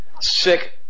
sick